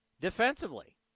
defensively